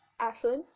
Ashlyn